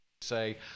say